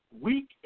week